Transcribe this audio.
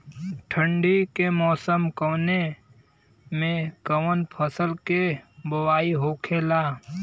ठंडी के मौसम कवने मेंकवन फसल के बोवाई होखेला?